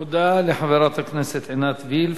תודה לחברת הכנסת עינת וילף.